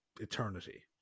eternity